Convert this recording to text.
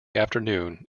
afternoon